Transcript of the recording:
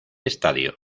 estadio